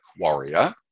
warrior